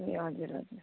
ए हजुर हजुर